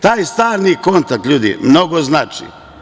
Taj stalni kontakt, ljudi, mnogo znači.